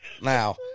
now